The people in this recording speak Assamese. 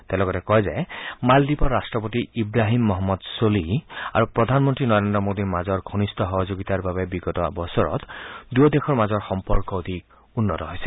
তেওঁ লগতে কয় যে মালদ্বীপৰ ৰট্টপতি ইৱাহিম মহম্মদ ছোলিহ আৰু প্ৰধানমন্ত্ৰীৰ নৰেন্দ্ৰ মোদীৰ মাজৰ ঘনিষ্ঠ সহযোগিতাৰ বাবে বিগত বছৰত দুয়ো দেশৰ মাজৰ সম্পৰ্ক অধিক উন্নত হৈছে